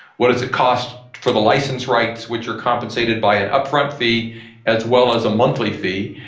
what does it cost for the licence rights, which are compensated by an upfront fee as well as a monthly fee.